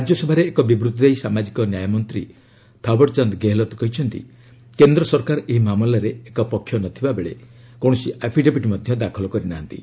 ରାଜ୍ୟସଭାରେ ଏକ ବିବୃତ୍ତି ଦେଇ ସାମାଜିକ ନ୍ୟାୟମନ୍ତ୍ରୀ ଥାଓଡ଼ଚାନ୍ଦ ଗେହେଲତ କହିଛନ୍ତି କେନ୍ଦ୍ର ସରକାର ଏହି ମାମଲାରେ ଏକ ପକ୍ଷ ନଥିବାବେଳେ କୌଣସି ଆଫିଡେବିଡ୍ ମଧ୍ୟ ଦାଖଲ କରିନାହାନ୍ତି